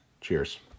Cheers